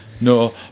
No